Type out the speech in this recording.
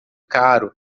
caro